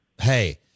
hey